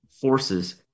forces